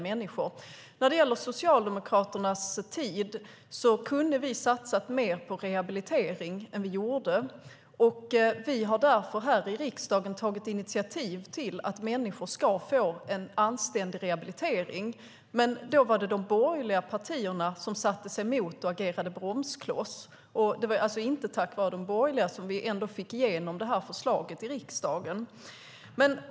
Vi kunde under Socialdemokraternas regeringstid ha satsat mer på rehabilitering. Vi har därför i riksdagen tagit initiativ till att människor ska få en anständig rehabilitering. Men då satte sig de borgerliga partierna emot och agerade bromskloss. Det var inte tack vare de borgerliga som vi ändå fick igenom förslaget i riksdagen.